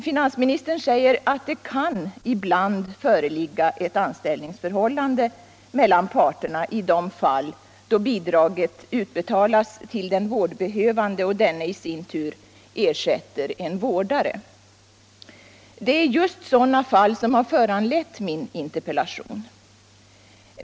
Finansministern säger att det ibland kan föreligga ett anställningsförhållande mellan parterna i de fall då bidraget utbetalas till den vårdbehövande och denne i sin tur ersätter en vårdare. Det är just sådana fall som föranlett min interpellation.